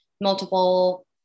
multiple